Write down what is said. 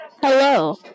Hello